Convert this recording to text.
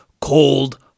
cold